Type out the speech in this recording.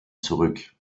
zurück